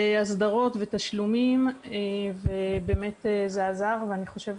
הסדרות ותשלומים ובאמת זה עזר ואני חושבת